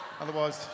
Otherwise